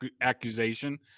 accusation